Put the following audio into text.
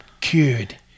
cured